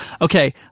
Okay